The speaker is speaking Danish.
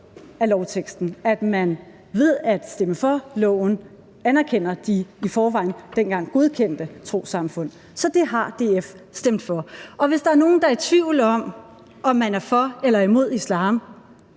af lovteksten, at man ved at stemme for loven anerkender de i forvejen dengang godkendte trossamfund. Så det har DF stemt for. Og hvis der er nogen, der er i tvivl om, om man er for eller imod islam,